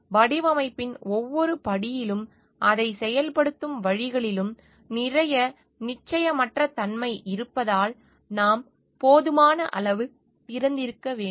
எனவே வடிவமைப்பின் ஒவ்வொரு படியிலும் அதைச் செயல்படுத்தும் வழிகளிலும் நிறைய நிச்சயமற்ற தன்மை இருப்பதால் நாம் போதுமான அளவு திறந்திருக்க வேண்டும்